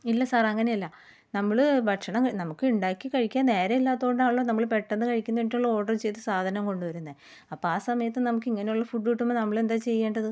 ഇല്ല സാറങ്ങനെയല്ല നമ്മള് ഭക്ഷണം നമുക്ക് ഉണ്ടാക്കി കഴിക്കാൻ നേരമില്ലാത്ത കൊണ്ടാണല്ലോ നമ്മള് പെട്ടന്ന് കഴിക്കുന്നതിനായിട്ടുള്ള ഓർഡർ ചെയ്ത് സാധനം കൊണ്ട് വരുന്നത് അപ്പം ആ സമയത്ത് നമുക്ക് ഇങ്ങനെ ഉള്ള ഫുഡ് കിട്ടുമ്പോൾ നമ്മളെന്താണ് ചെയ്യേണ്ടത്